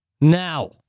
Now